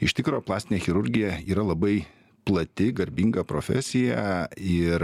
iš tikro plastinė chirurgija yra labai plati garbinga profesija ir